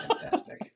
Fantastic